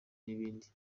n’ibindi